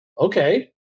okay